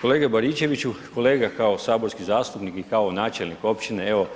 Kolega Baričeviću, kolega kao saborski načelnik i kao načelnik općine, evo